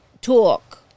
talk